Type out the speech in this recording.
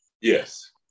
Yes